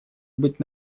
быть